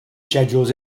schedules